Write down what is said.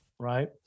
Right